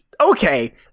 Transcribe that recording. okay